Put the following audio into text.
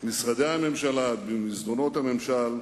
במשרדי הממשלה, במסדרונות הממשל,